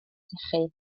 sychu